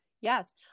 Yes